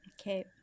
Okay